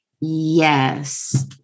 Yes